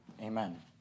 Amen